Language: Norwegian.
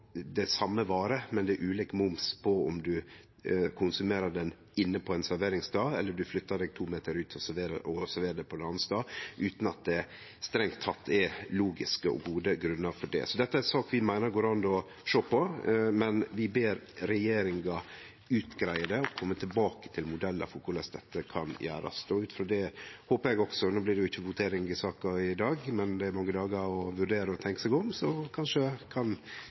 det er ulik moms på den same vara ut frå om ein konsumerer ho inne på ein serveringsstad, eller om ein flyttar seg to meter ut og serverer ho på ein annan stad, utan at det strengt teke er logiske og gode grunnar til det. Så dette er ei sak vi meiner det går an å sjå på, men vi ber regjeringa utgreie det og kome tilbake til modellar for korleis dette kan gjerast. Det blir ikkje votering over saka i dag, men det er mange dagar til å kunne vurdere dette og tenkje seg om, så kanskje kan